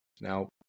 Now